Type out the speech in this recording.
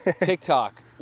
TikTok